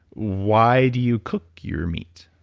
why do you cook your meat?